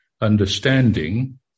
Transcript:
understanding